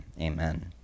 amen